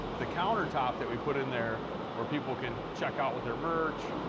the countertop that we put in there where people can check out with their merch,